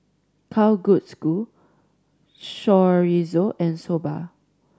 Kalguksu Chorizo and Soba